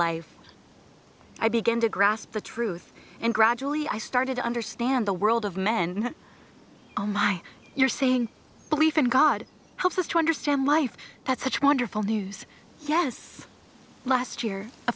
life i began to grasp the truth and gradually i started to understand the world of men oh my you're saying belief in god helps us to understand life at such wonderful news yes last year a